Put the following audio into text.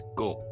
go